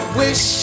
wish